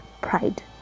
pride